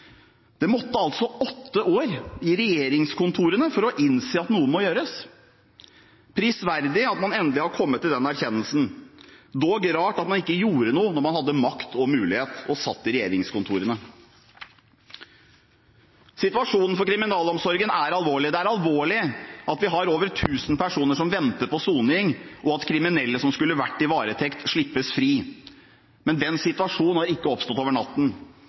Det måtte altså åtte år i regjeringskontorene til for å innse at noe må gjøres. Det er prisverdig at man endelig er kommet til den erkjennelsen, dog er det rart at man ikke gjorde noe da man hadde makt og mulighet og satt i regjeringskontorene. Situasjonen for kriminalomsorgen er alvorlig. Det er alvorlig at vi har over tusen personer som venter på soning, og at kriminelle som skulle sittet i varetekt, slippes fri. Men den situasjonen har ikke oppstått over natten.